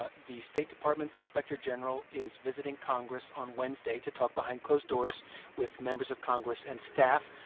ah the state department's inspector general is visiting congress on wednesday to talk behind closed doors with members of congress and staff.